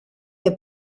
que